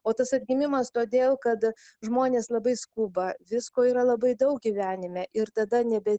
o tas atgimimas todėl kad žmonės labai skuba visko yra labai daug gyvenime ir tada nebe